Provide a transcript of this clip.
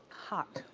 hot.